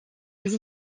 des